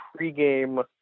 pregame